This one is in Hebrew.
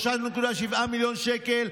3.7 מיליון שקל,